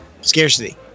scarcity